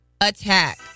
attack